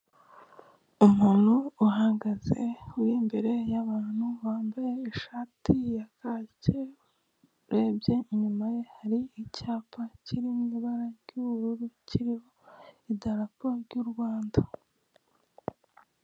Inyubako ifite ibara ry'igitaka hamwe n'ivu iriho indabyo zigiye zitandukanye zifite amabara y'umukara ndetse n'icyatsi. Hariho igipangu gifite ibara ry'ivu, hirya hari ipoto ry'amashanyarazi ifite ibara ry'umweru, hariho ibiti bigiye bitandukanye bifite amabara y'icyatsi.